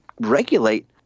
regulate